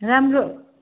राम्रो